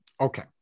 Okay